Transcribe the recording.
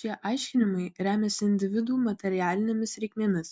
šie aiškinimai remiasi individų materialinėmis reikmėmis